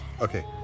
okay